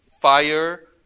fire